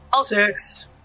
Six